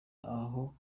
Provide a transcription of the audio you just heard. aho